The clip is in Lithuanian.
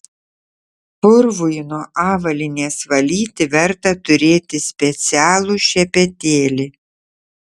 purvui nuo avalynės valyti verta turėti specialų šepetėlį